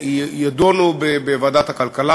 יידונו בוועדת הכלכלה,